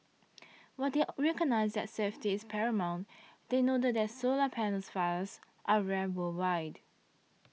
while they are recognised that safety is paramount they noted that solar panels fires are rare worldwide